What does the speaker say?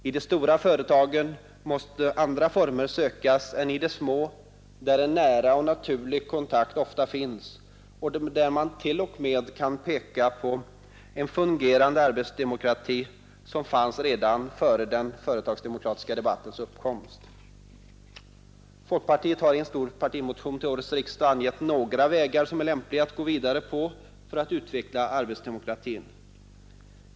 I de stora företagen måste andra former sökas än i de små, där en nära och naturlig kontakt ofta finns och där man t.o.m. kan peka på en fungerande arbetsdemokrati som fanns redan före den Folkpartiet har i en stor partimotion till årets riksdag angett några vägar som är lämpliga att gå vidare på för att utveckla arbetsdemokratin.